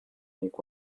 make